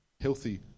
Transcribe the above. healthy